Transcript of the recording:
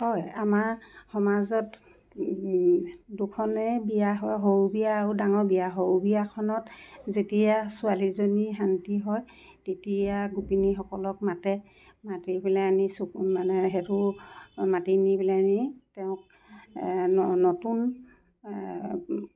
হয় আমাৰ সমাজত দুখনেই বিয়া হয় সৰু বিয়া আৰু ডাঙৰ বিয়া সৰু বিয়াখনত যেতিয়া ছোৱালীজনী শান্তি হয় তেতিয়া গোপিনীসকলক মাতে মাতি মাতি পেলাই আনি চকু মানে সেইটো মাতি নি পেলানি তেওঁক ন নতুন